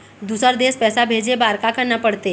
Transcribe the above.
दुसर देश पैसा भेजे बार का करना पड़ते?